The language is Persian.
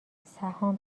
سهام